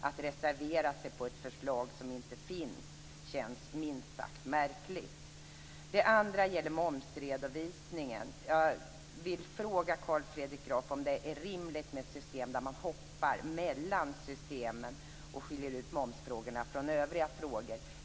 Att reservera sig för ett förslag som inte finns känns minst sagt märkligt. Den andra gäller momsredovisningen. Jag vill fråga Carl Fredrik Graf om det är rimligt med ett system där man hoppar mellan system och skiljer ut momsfrågorna från övriga frågor.